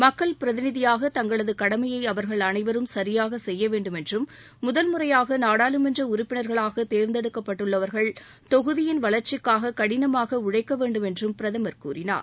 மக்கள் பிரதிநிதியாக தங்களது கடமையை அவர்கள் அனைவரும் சரியாக செய்ய வேண்டுமென்றும் முதல் முறையாக நாடாளுமன்ற உறுப்பினர்களாக தேர்ந்தெடுக்கப்பட்டுள்ளவர்கள் தொகுதியின் வளர்ச்சிக்காக கடினமாக உழைக்க வேண்டும் என்றும் பிரதமர் கூறினார்